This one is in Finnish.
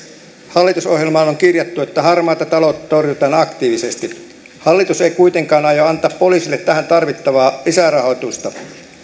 hallitusohjelmaan on kirjattu että harmaata taloutta torjutaan aktiivisesti hallitus ei kuitenkaan aio antaa poliisille tähän tarvittavaa lisärahoitusta